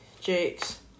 Jakes